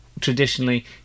Traditionally